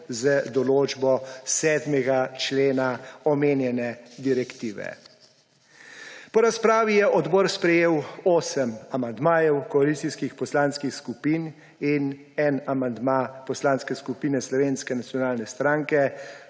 z določbo 7. člena omenjene direktive. Po razpravi je odbor sprejel osem amandmajev koalicijskih poslanskih skupin in en amandma Poslanske skupine SNS. Odbor je nato